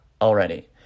already